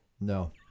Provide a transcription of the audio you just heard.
No